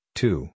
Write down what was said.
two